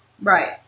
Right